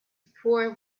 poor